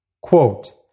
Quote